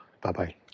Bye-bye